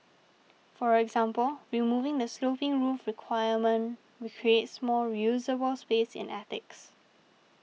for example removing the sloping roof requirement recreates more usable space in attics